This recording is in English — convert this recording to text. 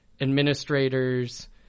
administrators